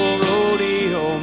rodeo